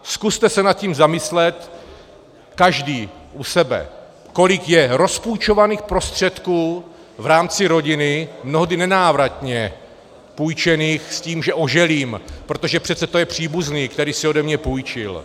Zkuste se nad tím zamyslet každý u sebe, kolik je rozpůjčovaných prostředků v rámci rodiny, mnohdy nenávratně půjčených s tím, že oželím, protože přece to je příbuzný, který si ode mě půjčil.